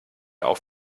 auf